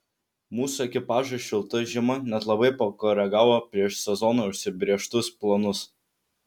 mūsų ekipažui šilta žiema net labai pakoregavo prieš sezoną užsibrėžtus planus